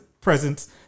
presence